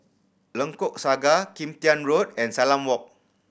Lengkok Saga Kim Tian Road and Salam Walk